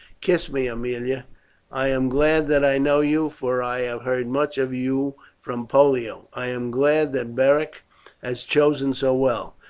kiss me, aemilia i am glad that i know you, for i have heard much of you from pollio. i am glad that beric has chosen so well.